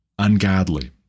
ungodly